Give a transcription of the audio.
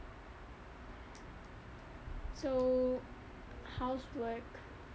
so how is work